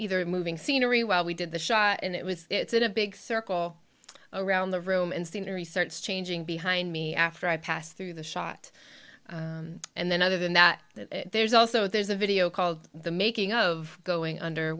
either moving scenery while we did the shot and it was it's in a big circle around the room and scenery starts changing behind me after i pass through the shot and then other than that there's also there's a video called the making of going under